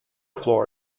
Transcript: floor